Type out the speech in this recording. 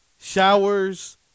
showers